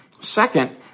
Second